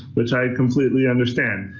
which i completely understand.